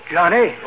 Johnny